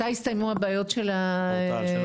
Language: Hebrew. מתי יסתיימו הבעיות של הפורטל,